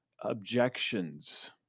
objections